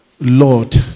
Lord